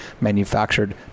manufactured